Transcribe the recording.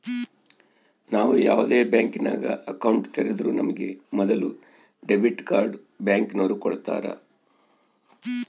ನಾವು ಯಾವ್ದೇ ಬ್ಯಾಂಕಿನಾಗ ಅಕೌಂಟ್ ತೆರುದ್ರೂ ನಮಿಗೆ ಮೊದುಲು ಡೆಬಿಟ್ ಕಾರ್ಡ್ನ ಬ್ಯಾಂಕಿನೋರು ಕೊಡ್ತಾರ